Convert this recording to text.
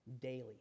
daily